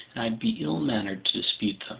i'd be ill-mannered to dispute them,